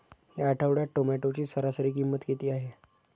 या आठवड्यात टोमॅटोची सरासरी किंमत किती आहे?